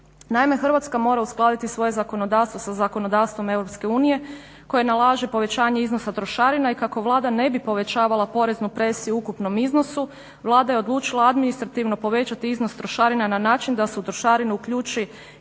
Naime, Hrvatska mora uskladiti svoje zakonodavstvo sa zakonodavstvom EU koje nalaže povećanje iznosa trošarina i kako Vlada ne bi povećavala poreznu presiju u ukupnom iznosu Vlada je odlučila administrativno povećati iznos trošarina na način da se u trošarinu uključi